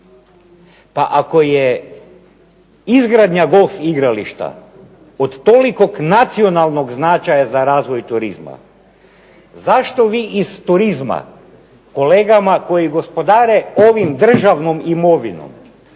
Pa ako je izgradnja golf igrališta od tolikog nacionalnog značaja za razvoj turizma zašto vi iz turizma kolegama koji gospodare ovom državnom imovinom